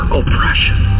oppression